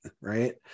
right